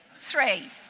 Three